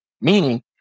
Meaning